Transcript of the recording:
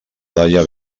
daia